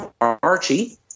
Archie